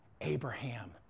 Abraham